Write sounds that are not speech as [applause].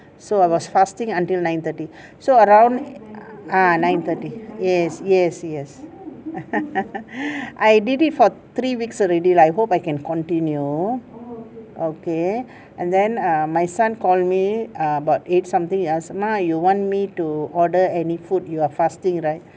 so I was fasting until nine thirty so around ah nine thirty yes yes yes [laughs] I did it for three weeks already lah I hope I can continue okay and then err my son call me err about eight something ask ma you want me to order any food you are fasting right